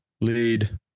lead